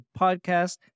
Podcast